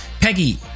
Peggy